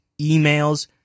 emails